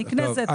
אני כנסת,